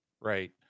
right